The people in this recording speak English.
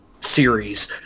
series